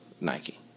Nike